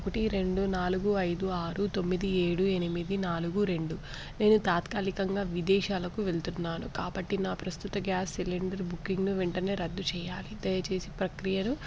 ఒకటి రెండు నాలుగు ఐదు ఆరు తొమ్మిది ఏడు ఎనిమిది నాలుగు రెండు నేను తాత్కలికంగా విదేశాలకు వెళ్తున్నాను కాబట్టి నా ప్రస్తుత గ్యాస్ సిలిండర్ బుకింగ్ను వెంటనే రద్దు చేయాలి దయచేసి ప్రక్రియను